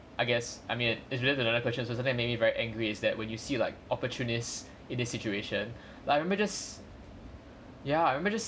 I guess I mean if you realized another question also something that make me very angry is that when you see like opportunists in this situation like I remember just ya I remember just